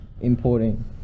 importing